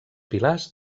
pilars